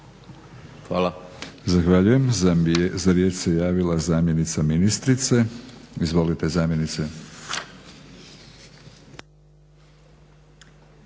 Hvala.